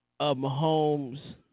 Mahomes